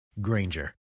granger